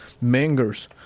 Mangers